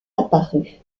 apparut